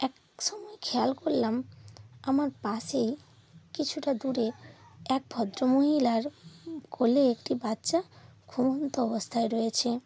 এক সময়ে খেয়াল করলাম আমার পাশে কিছুটা দূরে এক ভদ্রমহিলার কোলে একটি বাচ্চা ঘুমন্ত অবস্থায় রয়েছে